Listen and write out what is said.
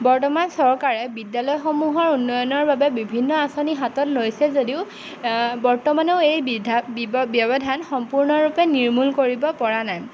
বৰ্তমান চৰকাৰে বিদ্যালয়সমূহৰ উন্নয়নৰ বাবে বিভিন্ন আঁচনি হাতত লৈছে যদিও বৰ্তমানে এই বিধা ব্যৱধান সম্পূৰ্ণৰূপে নিৰ্মূল কৰিব পৰা নাই